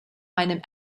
meinem